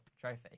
trophy